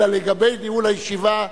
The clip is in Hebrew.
אלא לגבי ניהול הישיבה,